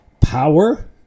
power